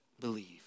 believe